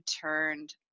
turned